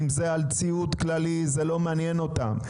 אם זה על ציוד כללי זה לא מעניין אותם.